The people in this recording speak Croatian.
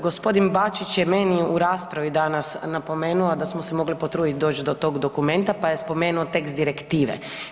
G. Bačić je meni u raspravi danas napomenuo da smo se mogli potrudit doć do tog dokumenta pa je spomenuo tekst direktive.